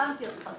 הבנתי אותך.